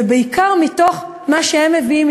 ובעיקר מתוך מה שהם מביאים,